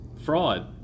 fraud